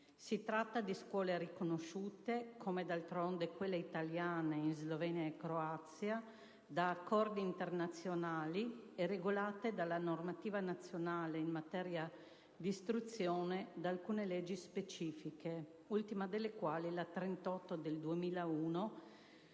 Si tratta di scuole riconosciute, come d'altronde quelle italiane in Slovenia e Croazia, da accordi internazionali e regolate dalla normativa nazionale in materia di istruzione e da alcune leggi specifiche, ultima delle quali la legge n.